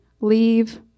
leave